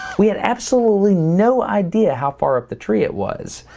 we had absolutely no idea how far up the tree it was.